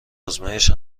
آزمایش